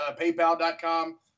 paypal.com